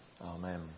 Amen